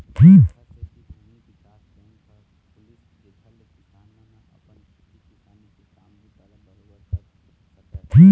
ऐखर सेती भूमि बिकास बेंक ह खुलिस जेखर ले किसान मन अपन खेती किसानी के काम बूता ल बरोबर कर सकय